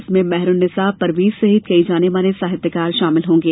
इसमें मेहरून्निसा परवेज सहित कई जाने माने साहित्यकार शामिल होंगे